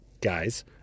guys